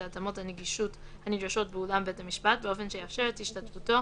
התאמות הנגישות הנדרשות באולם בית המשפט באופן שיאפשר את השתתפותו